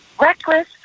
reckless